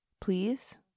please